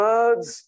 Words